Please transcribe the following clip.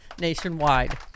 nationwide